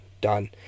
Done